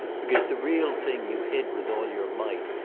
because the real thing you hid with all your might,